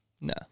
No